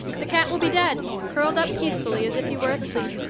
the cat will be dead, curled up peacefully as if he were asleep.